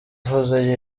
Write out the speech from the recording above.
ivuze